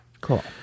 Cool